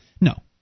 No